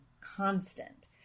constant